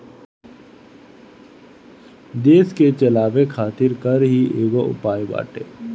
देस के चलावे खातिर कर ही एगो उपाय बाटे